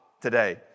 today